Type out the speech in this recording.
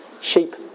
Sheep